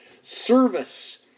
service